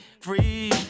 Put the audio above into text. free